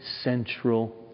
central